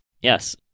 Yes